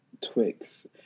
Twix